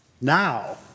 Now